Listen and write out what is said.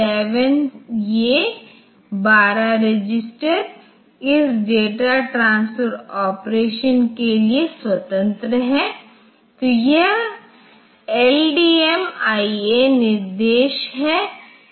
अब ARM processor में इस गुणन के कई प्रकार मिलेंगे जैसे कि हमें पूर्णांक गुणन मिला है जो कि 32 बिट है जो आपको 32 बिट परिणाम देगा फिर एक लंबा पूर्णांक गुणन है जो 64 बिट परिणाम देता है और यहां मल्टीप्लय एक्यूमिलेट मल्टीप्लिकेशन एडिशन के लिए सरणियों पर गुणन और सब